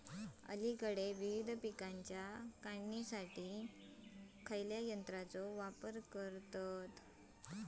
अलीकडे विविध पीकांच्या काढणीसाठी खयाच्या यंत्राचो वापर करतत?